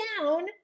down